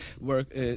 work